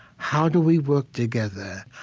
how do we work together?